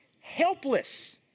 helpless